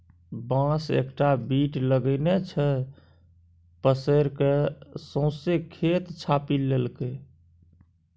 बांस एकटा बीट लगेने छै पसैर कए सौंसे खेत छापि लेलकै